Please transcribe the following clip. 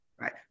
right